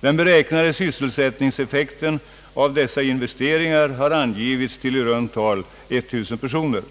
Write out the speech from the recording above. Den beräknade <sysselsättningseffekten av dessa investeringar har angivits till i runt tal 1000 personer.